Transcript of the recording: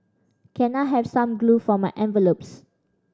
can I have some glue for my envelopes